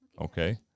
Okay